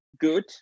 good